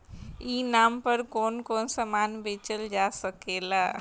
ई नाम पर कौन कौन समान बेचल जा सकेला?